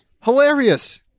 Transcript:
Hilarious